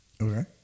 Okay